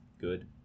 good